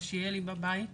אבל שיהיה לי בבית,